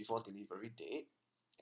before delivery date